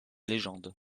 légende